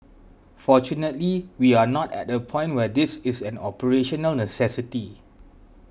fortunately we are not at a point where this is an operational necessity